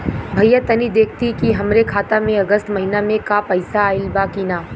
भईया तनि देखती की हमरे खाता मे अगस्त महीना में क पैसा आईल बा की ना?